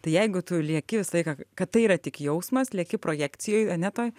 tai jeigu tu lieki visą laiką kad tai yra tik jausmas lieki projekcijoj ane toj